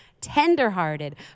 tenderhearted